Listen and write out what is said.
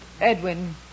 Edwin